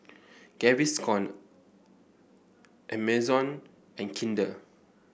Gaviscon Amazon and Kinder